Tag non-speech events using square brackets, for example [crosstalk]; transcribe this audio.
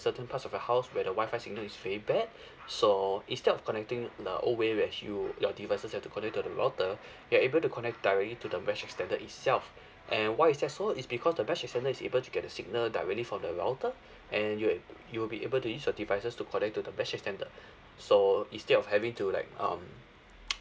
certain parts of your house where the Wi-Fi signal is very bad so instead of connecting the old way where you your devices have to connect to the router you're able to connect directly to the mesh extender itself and why is that so is because the mesh extender is able to get the signal directly from the router and you'll ab~ you'll be able to use your devices to connect to the mesh extender so instead of having to like um [noise]